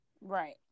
right